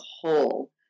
whole